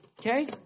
Okay